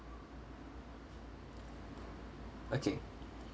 okay